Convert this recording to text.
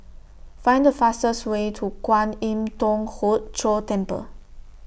Find The fastest Way to Kwan Im Thong Hood Cho Temple